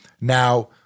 Now